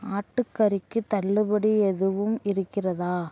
ஆட்டுக்கறிக்கு தள்ளுபடி எதுவும் இருக்கிறதா